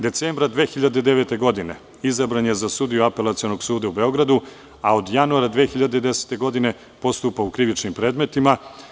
Decembra 2009. godine izabran je za sudiju Apelacionog suda u Beogradu, a od januara 2010. godine postupa u krivičnim predmetima.